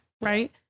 right